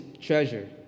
treasure